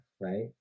right